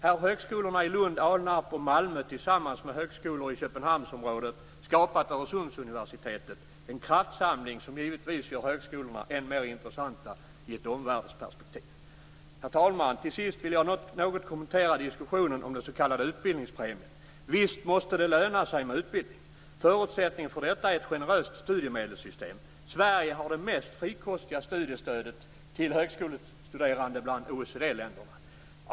Här har högskolorna i Lund, Alnarp och Malmö tillsammans med högskolor i Köpenhamnsområdet skapat Öresundsuniversitetet, en kraftsamling som givetvis gör högskolorna än mer intressanta i ett omvärldsperspektiv. Herr talman! Till sist vill jag något kommentera diskussionen om den s.k. utbildningspremien. Visst måste det löna sig med utbildning! Förutsättningen för detta är ett generöst studiemedelssystem. Sverige har det mest frikostiga studiestödet till högskolestuderande bland OECD-länderna.